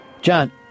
John